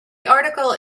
article